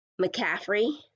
McCaffrey